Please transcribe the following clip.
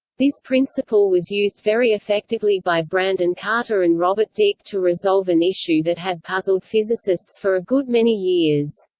this principle was used very effectively by brandon carter and robert dicke to resolve an issue that had puzzled physicists for a good many years.